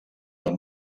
del